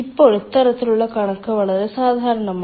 ഇപ്പോൾ ഇത്തരത്തിലുള്ള കണക്ക് വളരെ സാധാരണമാണ്